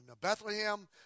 Bethlehem